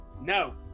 No